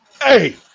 hey